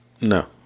No